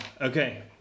okay